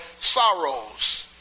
sorrows